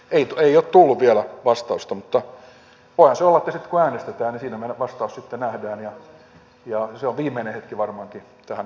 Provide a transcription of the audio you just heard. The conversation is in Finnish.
ei ole tullut vielä vastausta mutta voihan se olla että sitten kun äänestetään siinä heidän vastauksensa sitten nähdään ja se on viimeinen hetki varmaankin tähän asiaan sitten ottaa kantaa